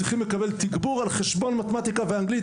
צריכים לקבל תגבור על חשבון מתמטיקה ואנגלית,